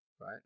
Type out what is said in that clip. right